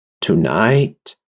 tonight